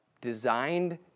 designed